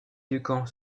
duncan